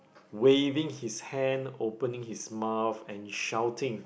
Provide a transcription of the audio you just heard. waving his hand opening his mouth and shouting